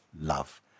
love